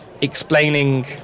explaining